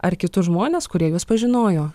ar kitus žmones kurie juos pažinojo